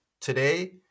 Today